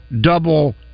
double